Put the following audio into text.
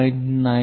2